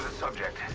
subject